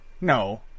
No